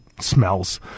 smells